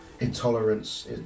intolerance